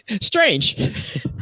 Strange